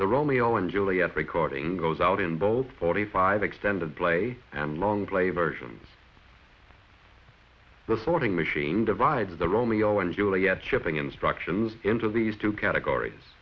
the romeo and juliet recording goes out in both forty five extended play and long play versions the sorting machine divides the romeo and juliet shipping instructions into these two categories